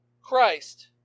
Christ